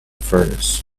furnace